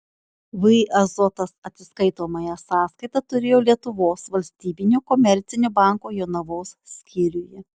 vį azotas atsiskaitomąją sąskaitą turėjo lietuvos valstybinio komercinio banko jonavos skyriuje